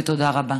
תודה רבה.